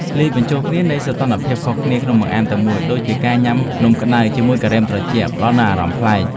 លាយបញ្ចូលគ្នានៃសីតុណ្ហភាពខុសគ្នាក្នុងបង្អែមតែមួយដូចជាការញ៉ាំនំក្ដៅជាមួយការ៉េមត្រជាក់ផ្ដល់នូវអារម្មណ៍ប្លែក។